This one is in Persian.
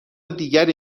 دیگری